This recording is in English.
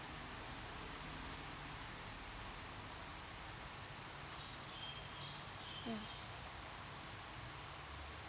mm